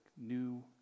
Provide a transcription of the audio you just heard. new